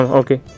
okay